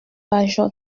pajot